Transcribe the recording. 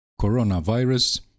Coronavirus